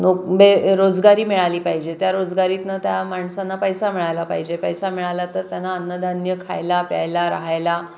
no बे रोजगारी मिळाली पाहिजे त्या रोजगारीतनं त्या माणसांना पैसा मिळायला पाहिजे पैसा मिळाला तर त्यांना अन्नधान्य खायला प्यायला राहायला